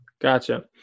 Gotcha